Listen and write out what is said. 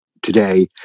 today